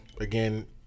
again